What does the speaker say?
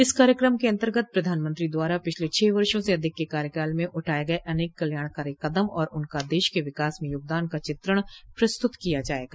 इस कार्यक्रम के अन्तर्गत प्रधानमंत्री द्वारा पिछले छह वर्षो से अधिक के कार्यकाल में उठाये गये अनेक कल्याणकारी कदम और उनका देश के विकास में योगदान का चित्रण प्रस्तुत किया जायेगा